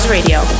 Radio